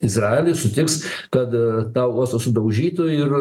izraelis sutiks kad tą uostą sudaužytų ir